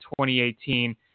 2018